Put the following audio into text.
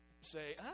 say